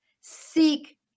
seek